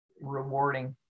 rewarding